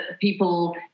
people